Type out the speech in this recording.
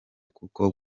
kuko